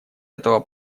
этого